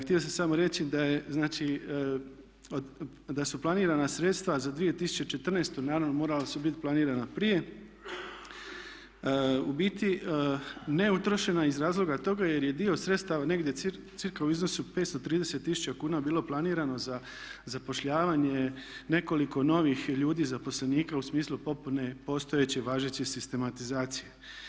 Htio sam samo reći da su planirana sredstva za 2014., naravno morala su biti planirana prije, u biti ne utrošena iz razloga toga jer je dio sredstava negdje cca u iznosu 530 tisuća kuna bilo planirano za zapošljavanje nekoliko novih ljudi zaposlenika u smislu popune postojeće važeće sistematizacije.